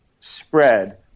spread